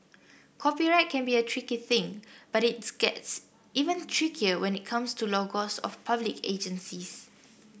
copyright can be a tricky thing but it gets even trickier when it comes to logos of public agencies